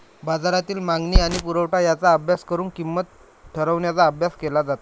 बाजारातील मागणी आणि पुरवठा यांचा अभ्यास करून किंमत ठरवण्याचा अभ्यास केला जातो